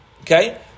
Okay